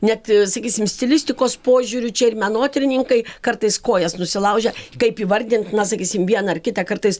net sakysim stilistikos požiūriu čia ir menotyrininkai kartais kojas nusilaužia kaip įvardint na sakysim vieną ar kitą kartais